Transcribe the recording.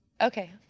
Okay